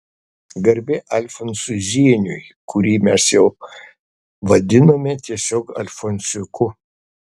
garbė alfonsui zieniui kurį mes jau vadinome tiesiog alfonsiuku